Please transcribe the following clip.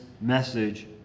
message